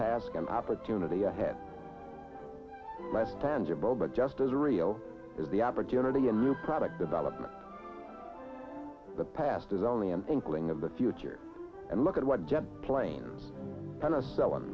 task and opportunity to have less tangible but just as real as the opportunity a new product development the past is only an inkling of the future and look at what jet planes